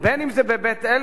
בין שזה בבית-אל,